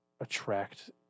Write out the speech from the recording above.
attract